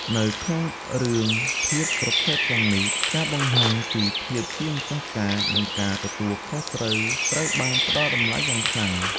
នៅក្នុងរឿងភាពប្រភេទទាំងនេះ ការបង្ហាញ ពីភាពជាម្ចាស់ការ និងការទទួលខុសត្រូវត្រូវបានផ្ដល់តម្លៃយ៉ាងខ្លាំង។។